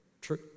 True